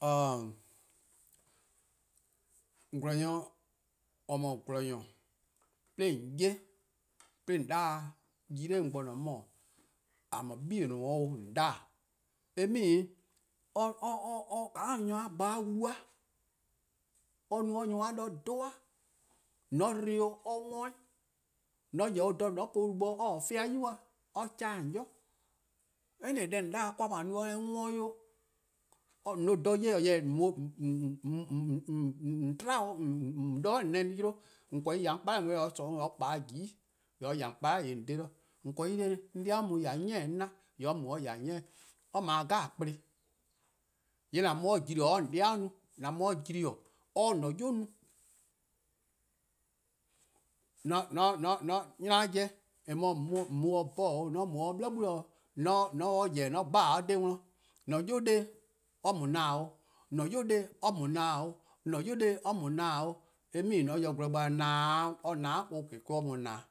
:Oror: :gwlor-nyor :or :mor :gwlor-nyor, 'de :on 'ye-a, 'de :on 'da, yi 'nor 'on bo :a :mor 'bei 'o, en meaning :ka or no-a 'de nyor bo :wlu-eh, :ka or no-a 'de nyor 'dhu-eh, :mor 'dba or or 'worn-', :mor :on yeh-dih o dha :mor :on po-or wlu bo or-a 'dba yubai'or keleh :on bo, any deh :on 'da ka :a no 'o or 'worn 'o, :on se or dha 'ye-dih, jorwor :on try-or, :on 'da-or :on 'da 'yle :on korn ghen :ya 'on 'kpala' :yee' or ple or kpa 'de :jiin' or :ya :on 'kpala' :yee :on :dha-dih. :on korn ghen 'on 'dei' mu :ya 'on 'ni 'on 'ye 'na :yee' or mu or :ya :on 'ni 'weh, :yee' or 'ble kplen 'jeh :ne. :yee' :an mu or 'o :jli or 'ye on 'dei' no, :yee' :an mu-or :jli or 'ye :an-a'a: 'yu no. 'nynor-a' jeh, :eh beh :on mu 'bhorn 'da, :mor :on mu 'de or 'bli 'gbu, 'de :on se-or dih :yeh-dih, 'de :on dhele: or 'de dih, an-a' 'yu 'de, or mu :na-dih :na 'da, 'an-a' 'yu 'de, or mu-dih :na 'da, an-a 'yu de-' or mu-dih :na 'da 'o, eh meaning :mor :on ya-or gwlor bo na-' or na-' or-a'a: or mu-dih :na-'.